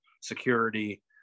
security